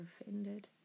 offended